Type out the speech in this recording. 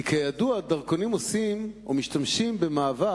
כי כידוע, דרכונים עושים, או משתמשים בהם,